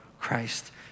Christ